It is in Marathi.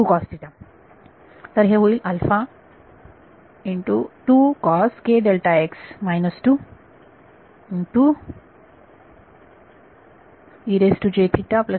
तर हे होईल